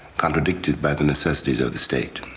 contradicted by the necessities of the state,